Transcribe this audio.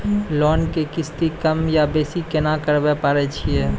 Loan के किस्ती कम या बेसी केना करबै पारे छियै?